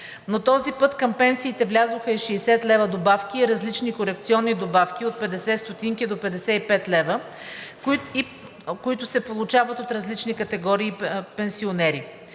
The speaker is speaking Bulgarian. но този път към пенсиите влязоха и 60 лв. добавки и различни корекционни добавки от 0,50 ст. до 55 лв., които се получават от различни категории пенсионери.